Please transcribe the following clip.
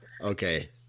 Okay